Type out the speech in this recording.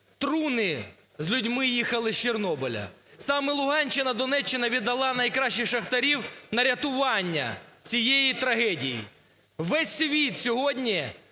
труни з людьми їхали з Чорнобиля. Саме Луганщина, Донеччина віддала найкращих шахтарів на рятування цієї трагедії. Весь світ сьогодні